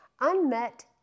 unmet